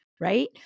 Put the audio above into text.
right